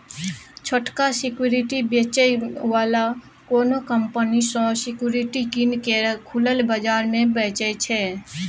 छोटका सिक्युरिटी बेचै बला कोनो कंपनी सँ सिक्युरिटी कीन केँ खुलल बजार मे बेचय छै